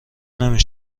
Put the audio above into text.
نمی